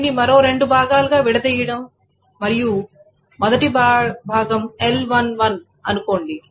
దీన్ని మరో రెండు భాగాలుగా విడదీయడం మరియు మొదటి భాగం L11 అనుకోండి